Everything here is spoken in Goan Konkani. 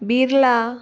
बिर्ला